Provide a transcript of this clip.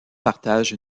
partage